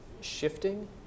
shifting